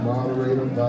Moderator